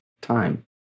time